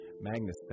Magnus